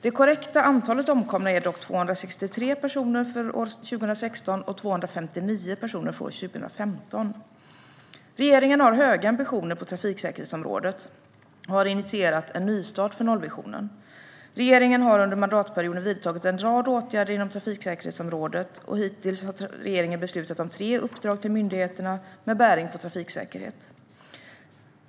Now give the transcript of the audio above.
Det korrekta antalet omkomna är dock 263 personer för år 2016 och 259 personer för år 2015. Regeringen har höga ambitioner på trafiksäkerhetsområdet och har initierat en nystart för nollvisionen. Regeringen har under mandatperioden vidtagit en rad åtgärder inom trafiksäkerhetsområdet. Hittills har regeringen beslutat om tre uppdrag till myndigheterna med bäring på trafiksäkerhet.